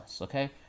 Okay